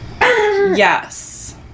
Yes